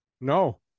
No